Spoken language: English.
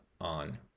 on